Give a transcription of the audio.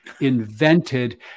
invented